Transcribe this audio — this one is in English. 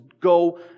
go